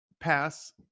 pass